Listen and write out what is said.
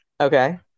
okay